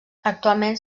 actualment